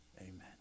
Amen